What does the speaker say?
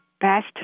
best